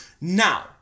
Now